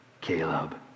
Caleb